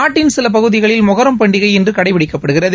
நாட்டின் சில பகுதிகளில் மொகரம் பண்டிகை இன்று கடைபிடிக்கப்படுகிறது